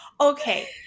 okay